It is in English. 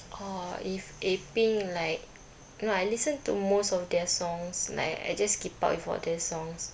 orh if A pink like no I listen to most of their songs like I just keep up with all their songs